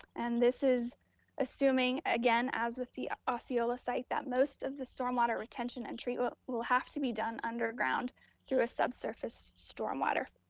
and this is assuming, again, as with the osceola site, that most of the stormwater retention and treatment will have to be done underground through a subsurface stormwater